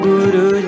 Guru